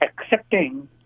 accepting